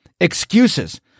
Excuses